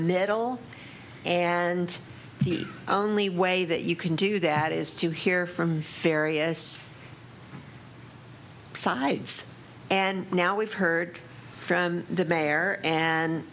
middle and the only way that you can do that is to hear from various sides and now we've heard from the mayor and